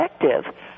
effective